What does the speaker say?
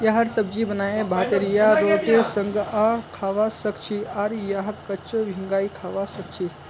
यहार सब्जी बनाए भातेर या रोटीर संगअ खाबा सखछी आर यहाक कच्चो भिंगाई खाबा सखछी